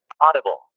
Audible